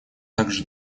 также